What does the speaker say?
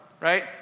right